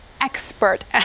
expert